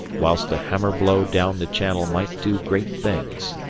whilst a hammer blow down the channel might do great things.